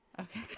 okay